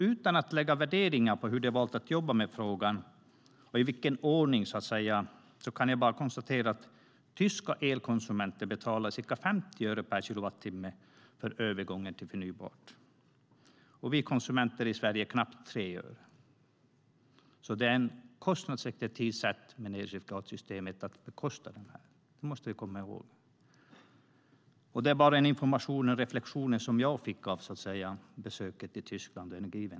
Utan att lägga värderingar på hur man hade valt att jobba med frågan och i vilken ordning, kan jag bara konstatera att tyska elkonsumenter betalar ca 50 öre per kilowattimme för övergången till förnybart. Vi elkonsumenter i Sverige betalar knappt 3 öre. Elcertifikatsystemet är alltså kostnadseffektivt, det måste vi komma ihåg. Det var den information som jag fick och de reflektioner som jag gjorde vid besöket i Tyskland.